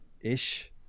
ish